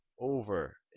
Over